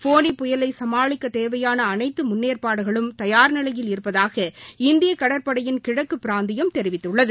போனி புயலை சமாளிக்கத் தேவையான அனைத்து முன்னேற்பாடுகளும் தயார் நிலையில் இருப்பதாக இந்திய கடற்படையின் கிழக்கு பிராந்தியம் தெரிவித்துள்ளது